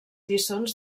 lliçons